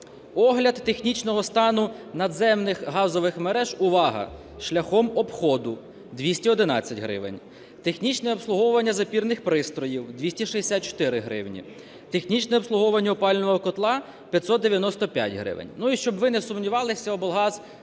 Огляд технічного стану надземних газових мереж, увага, шляхом обходу – 211 гривень, технічне обслуговування запірних пристроїв – 264 гривні, технічне обслуговування опалювального котла – 595 гривень. Ну, і щоб ви не сумнівалися, облгаз